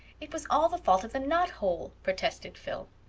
it was all the fault of the knothole, protested phil.